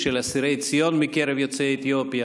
של אסירי ציון מקרב יוצאי אתיופיה.